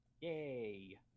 Yay